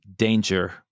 Danger